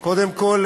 קודם כול,